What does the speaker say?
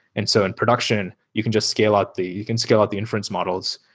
and so in production, you can just scale out the you can scale out the inference models,